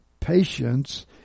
Patience